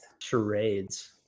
Charades